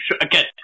again